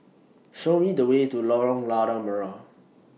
Show Me The Way to Lorong Lada Merah